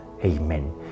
Amen